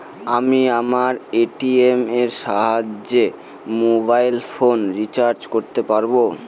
আমি আমার এ.টি.এম এর সাহায্যে মোবাইল ফোন রিচার্জ করতে পারব?